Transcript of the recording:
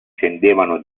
scendevano